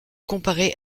comparer